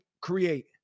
create